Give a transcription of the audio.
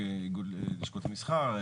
איגוד לשכות מסחר,